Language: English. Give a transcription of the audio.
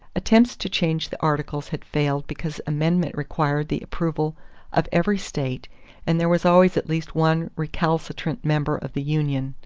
attempts to change the articles had failed because amendment required the approval of every state and there was always at least one recalcitrant member of the union.